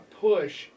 push